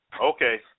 Okay